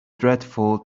dreadful